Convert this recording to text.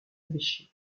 évêché